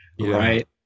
right